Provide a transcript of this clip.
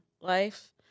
life